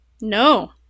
No